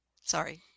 sorry